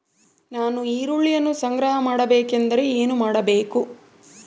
ನಾನು ಈರುಳ್ಳಿಯನ್ನು ಸಂಗ್ರಹ ಮಾಡಬೇಕೆಂದರೆ ಏನು ಮಾಡಬೇಕು?